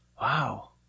wow